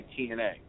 TNA